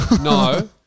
No